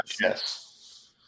yes